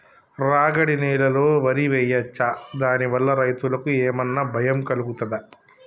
రాగడి నేలలో వరి వేయచ్చా దాని వల్ల రైతులకు ఏమన్నా భయం కలుగుతదా?